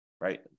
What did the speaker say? right